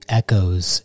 echoes